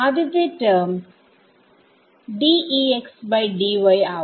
ആദ്യത്തെ ടെർമ് ആവും